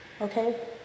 Okay